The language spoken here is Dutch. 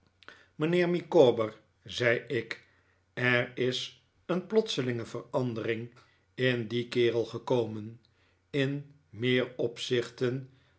mijnheer micawber zei ik er is een plotselinge verandering in dien kerel gekomen in meer opzichten